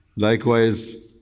Likewise